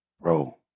bro